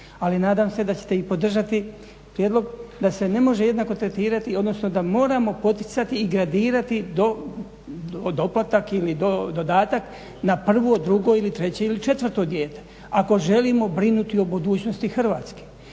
Ali nadam se da ćete i podržati prijedlog da se ne može jednako tretirati odnosno da moramo poticati i gradirati doplatak ili dodatak na prvo, drugo ili treće ili četvrto dijete, ako želimo brinuti o budućnosti Hrvatske